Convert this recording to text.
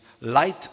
light